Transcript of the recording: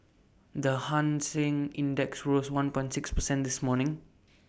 the hang Seng index rose one point six percent this morning